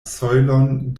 sojlon